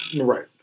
Right